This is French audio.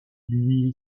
lui